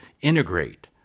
integrate